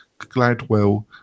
Gladwell